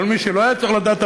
כל מי שלא היה צריך לדעת,